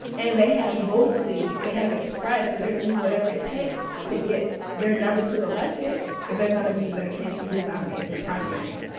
and they have vocally they have expressed that they're going to do whatever it takes to get their number to elect it if they're going to be that candidate who was nominated in the primary.